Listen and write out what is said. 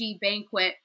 banquet